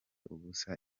ubusa